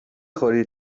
خوری